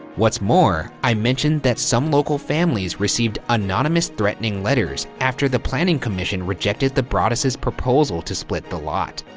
what's more, i mentioned that some local families received anonymous threatening letters after the planning commission rejected the broaddus's proposal to split the lot.